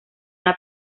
una